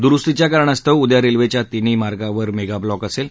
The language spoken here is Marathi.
दुरूस्तीच्या कारणास्तव उद्या रेल्वेच्या तिन्ही मार्गावर मेगाब्लॉक असेल